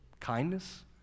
Kindness